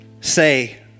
say